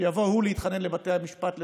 שיבוא הוא להתחנן לבתי המשפט לזכויות,